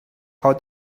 how